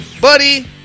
buddy